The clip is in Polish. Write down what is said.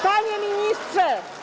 Panie Ministrze!